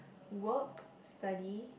work study